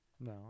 No